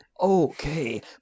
Okay